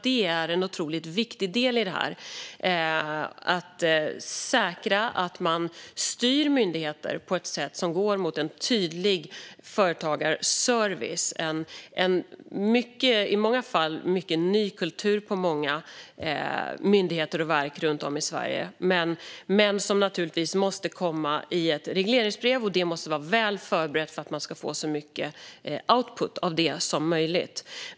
Det är en otroligt viktig del i detta. Det handlar om att säkra att man styr myndigheter på ett sätt som går mot en tydlig företagarservice. Det handlar i många fall om en mycket ny kultur på många myndigheter och verk runt om i Sverige. Det måste naturligtvis komma i ett regleringsbrev. Det måste vara väl förberett för att man ska få så mycket output av det som möjlighet.